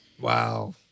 Wow